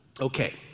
Okay